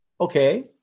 Okay